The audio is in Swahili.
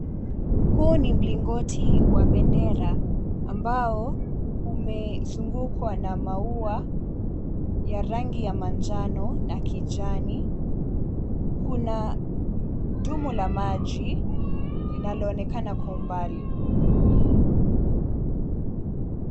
Huo ni mlingoti wa bendera ambao umezungukwa na maua ya rangi ya manjano na kijani. Kuna dimbwi la maji linaloonekana kwa umbali.